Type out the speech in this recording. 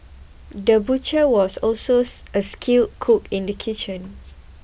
the butcher was also a skilled cook in the kitchen